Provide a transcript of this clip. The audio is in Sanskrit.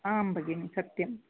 आं भगिनि सत्यं